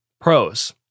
Pros